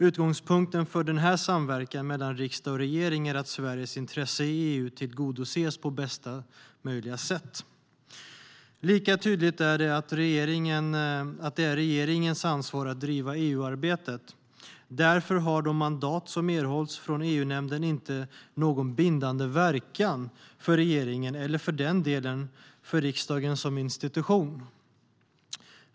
Utgångspunkten för denna samverkan mellan riksdag och regering är att Sveriges intresse i EU ska tillgodoses på bästa möjliga sätt. Lika tydligt är att det är regeringens ansvar att driva EU-arbetet. Därför har det mandat som erhålls från EU-nämnden inte någon bindande verkan för regeringen, eller för den delen för riksdagen som institution.